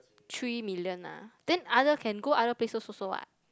three million ah then other can go other places also [what]